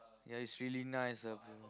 ya it's really nice ah bro